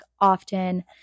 often